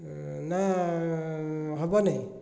ନା ହେବନି